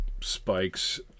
spikes